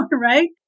right